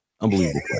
Unbelievable